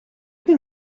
can